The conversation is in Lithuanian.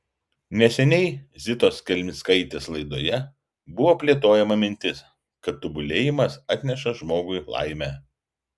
neseniai zitos kelmickaitės laidoje buvo plėtojama mintis kad tobulėjimas atneša žmogui laimę